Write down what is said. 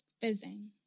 fizzing